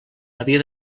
havia